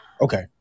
Okay